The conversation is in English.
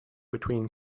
between